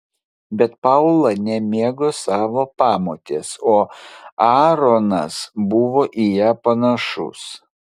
bet paula nemėgo savo pamotės o aaronas buvo į ją panašus